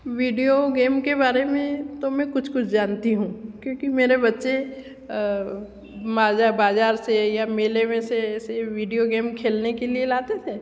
video game के बारे में तो मैं कुछ कुछ जानती हूँ क्योंकि मेरे बच्चे माजा बाजार से या मेले में से ऐसे वीडियो गेम खेलने के लिए लाते थे